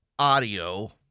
audio